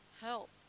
Help